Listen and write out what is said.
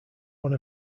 one